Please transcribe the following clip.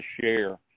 share